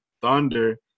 Thunder